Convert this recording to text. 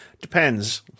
Depends